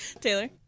Taylor